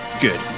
Good